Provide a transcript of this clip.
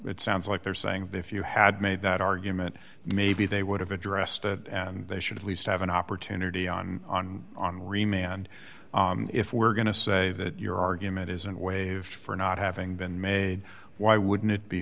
it sounds like they're saying if you had made that argument maybe they would have addressed that they should at least have an opportunity on on remain and if we're going to say that your argument isn't waived for not having been made why wouldn't it be